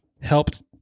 helped